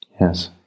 Yes